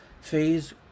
phase